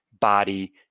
body